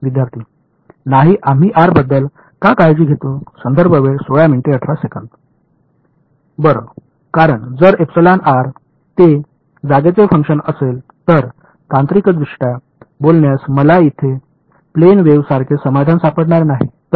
विद्यार्थीः नाही आम्ही आर बद्दल का काळजी घेतो बरं कारण जर ते जागेचे फंक्शन असेल तर तांत्रिकदृष्ट्या बोलल्यास मला तिथे प्लेन वेव्ह सारखे समाधान सापडणार नाही